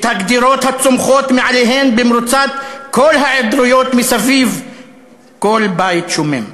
את הגדרות הצומחות מאליהן במרוצת כל ההיעדרויות סביב כל בית שומם,